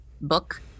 book